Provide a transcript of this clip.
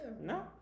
No